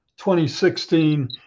2016